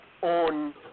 on